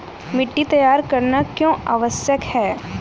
मिट्टी तैयार करना क्यों आवश्यक है?